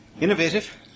innovative